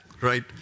right